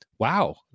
Wow